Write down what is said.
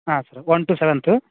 ಹಾಂ sir one two seventh